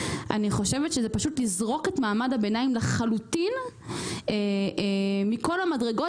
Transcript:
זה יזרוק את מעמד הביניים לחלוטין מכל המדרגות,